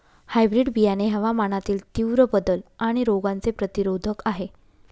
hybrid बियाणे हवामानातील तीव्र बदल आणि रोगांचे प्रतिरोधक आहे